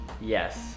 Yes